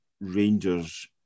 Rangers